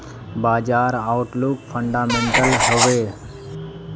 बाजार outlook fundamental हैवै?